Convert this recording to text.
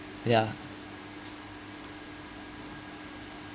ya